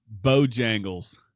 bojangles